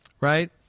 right